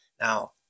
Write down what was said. Now